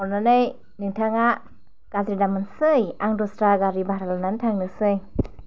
अननानै नोंथाङा गाज्रि दामोनसै आं दस्रा गारि बाह्रा लानानै थांनोसै